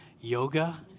yoga